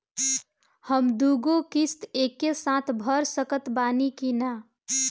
हम दु गो किश्त एके साथ भर सकत बानी की ना?